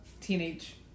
Teenage